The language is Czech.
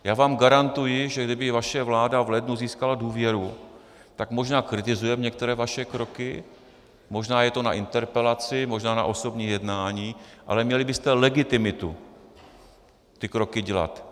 Já vám garantuji, že kdyby vaše vláda v lednu získala důvěru, tak možná kritizujeme některé vaše kroky, možná je to na interpelaci, možná na osobní jednání, ale měli byste legitimitu ty kroky dělat.